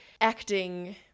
acting